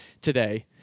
today